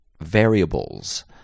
variables